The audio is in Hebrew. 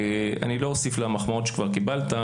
אני לא אוסיף למחמאות שכבר קיבלת.